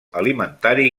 alimentari